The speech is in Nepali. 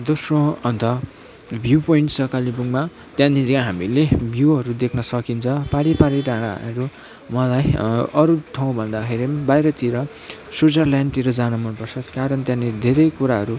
दोस्रो अन्त भ्यु पोइन्ट छ कालेबुङमा त्यहाँनिर हामीले भ्युहरू देख्न सकिन्छ पारि पारि डाँडाहरू मलाई अरू ठाउँहरू भन्दाखेरि पनि बाहिरतिर सुइजरल्यान्डतिर जानु मन पर्छ कारण त्यहाँनिर धेरै कुराहरू